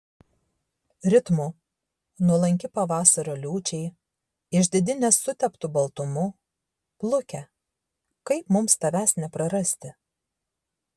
ritmu nuolanki pavasario liūčiai išdidi nesuteptu baltumu pluke kaip mums tavęs neprarasti